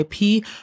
IP